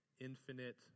infinite